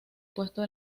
puesto